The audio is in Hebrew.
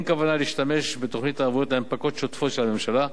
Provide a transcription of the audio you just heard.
אין כוונה להשתמש בתוכנית הערבויות להנפקות השוטפות של הממשלה,